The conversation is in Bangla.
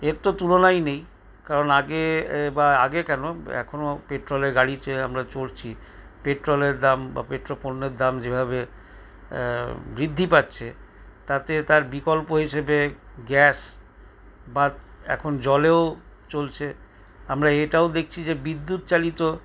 এর তো তুলনাই নেই কারণ আগে বা আগে কেন এখনো পেট্রোলের গাড়িতে আমরা চড়ছি পেট্রোলের দাম বা পেট্রো পণ্যের দাম যেভাবে বৃদ্ধি পাচ্ছে তাতে তার বিকল্প হিসাবে গ্যাস বা এখন জলেও চলছে আমরা এটাও দেখছি যে বিদ্যুৎ চালিত